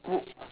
w~